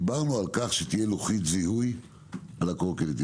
דיברנו על כך שתהיה לוחית זיהוי על הקורקינטים,